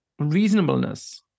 reasonableness